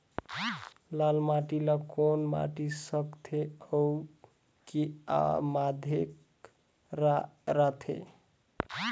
लाल माटी ला कौन माटी सकथे अउ के माधेक राथे?